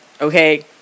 okay